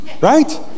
right